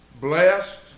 Blessed